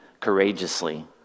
courageously